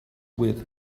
with